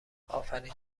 آفرین